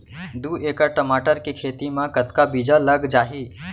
दू एकड़ टमाटर के खेती मा कतका बीजा लग जाही?